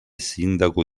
sindaco